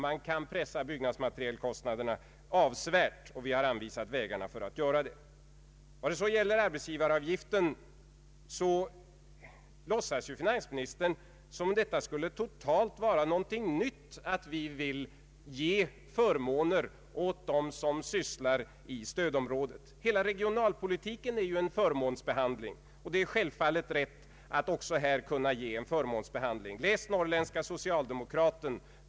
Materialkostnaderna kan pressas avsevärt, och vi har anvisat vägarna för att göra det. Vad beträffar arbetsgivaravgiften så låtsas finansministern som om det skulle vara någonting totalt nytt att vi vill ge förmåner åt dem som är verksamma i stödområdet. Hela regionalpolitiken är ju en förmånsbehandling, och det är självfallet rätt att också kunna ge en förmånsbehandling på den här punkten. Läs Norrländska Socialdemokraten!